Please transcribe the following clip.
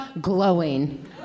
glowing